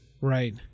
right